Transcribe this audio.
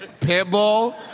Pitbull